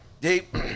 Deep